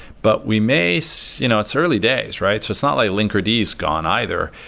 but we may so you know it's early days, right? so it's not like linkerd is gone either.